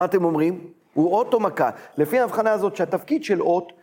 מה אתם אומרים? הוא אות או מכה? לפי ההבחנה הזאת שהתפקיד של אות...